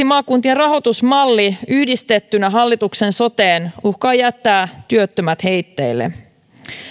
maakuntien rahoitusmalli yhdistettynä hallituksen soteen uhkaa jättää työttömät heitteille